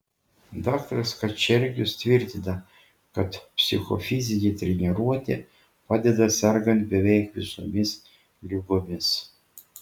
daktaras kačergius tvirtina kad psichofizinė treniruotė padeda sergant beveik visomis ligomis